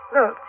Look